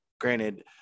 granted